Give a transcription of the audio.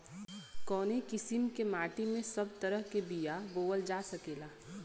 कवने किसीम के माटी में सब तरह के बिया बोवल जा सकेला?